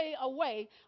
away